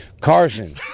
carson